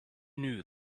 knew